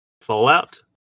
Fallout